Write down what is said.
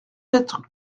être